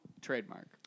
trademark